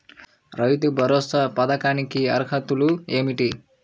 రైతు భరోసా పథకానికి అర్హతలు ఏమిటీ?